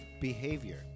behavior